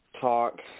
talk